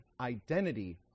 identity